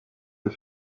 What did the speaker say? les